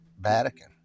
Vatican